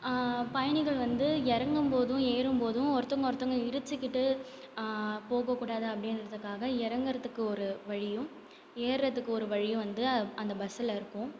பயணிகள் வந்து இறங்கம் போதும் ஏறும்போதும் ஒருத்தங்க ஒருத்தங்க இடிச்சுக்கிட்டு போகக்கூடாது அப்படின்றதுக்காக இறங்கறதுக்கு ஒரு வழியும் ஏறுறதுக்கு ஒரு வழியும் வந்து அந்த பஸ்ஸில் இருக்கும்